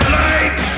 light